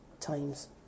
times